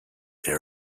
they